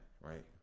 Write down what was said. right